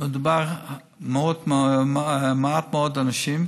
מדובר על מעט מאוד אנשים,